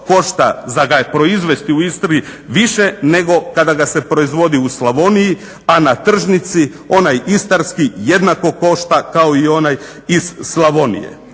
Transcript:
za ga proizvesti u Istri više nego kada ga se proizvodi u Slavoniji, a na tržnici onaj Istarski jednako košta kao i onaj iz Slavonije,